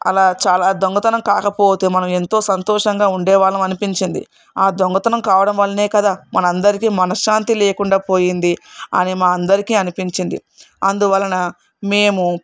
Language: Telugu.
అలా చాలా దొంగతనం కాకపోతే మనం ఎంతో సంతోషంగా ఉండే వాళ్ళం అనిపించింది ఆ దొంగతనం కావడం వలనే కదా మన అందరికీ మనశ్శాంతి లేకుండా పోయింది అని మా అందరికీ అనిపించింది అందువలన మేము